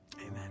amen